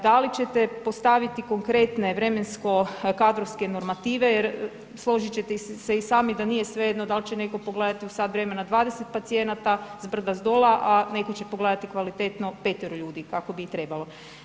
Da li će se postaviti konkretne vremensko-kadrovske normative jer složit ćete se i sami da nije svejedno dal će netko pogledati u sat vremena 20 pacijenata zbrda-zdola a neko će pogledati kvalitetno petero ljudi kako bi i trebalo.